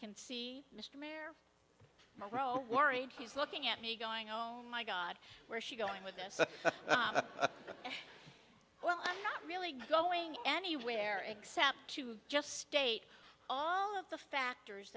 can see mr mare wrote worried he's looking at me going oh my god where she going with this well i'm not really going anywhere except to just state all of the factors